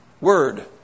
word